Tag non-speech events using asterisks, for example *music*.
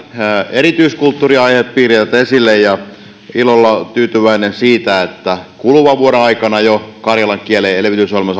erityiskulttuuriaihepiiriä esille olen ilolla tyytyväinen siitä että jo kuluvan vuoden aikana karjalan kielen elvytysohjelma *unintelligible*